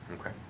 okay